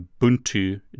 Ubuntu